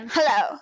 Hello